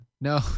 No